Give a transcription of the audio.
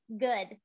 Good